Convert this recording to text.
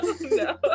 No